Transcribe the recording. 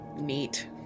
Neat